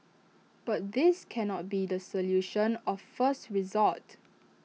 but this can not be the solution of first resort